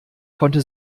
konnte